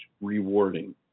rewarding